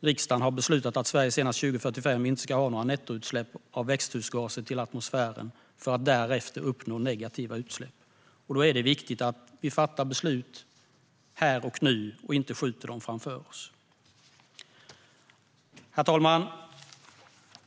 Riksdagen har beslutat att Sverige senast 2045 inte ska ha några nettoutsläpp av växthusgaser till atmosfären för att därefter uppnå negativa utsläpp. Då är det viktigt att vi fattar beslut här och nu och inte skjuter det framför oss. Herr talman!